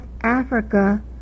Africa